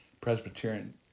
Presbyterian